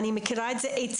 אני מכירה את זה היטב.